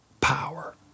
power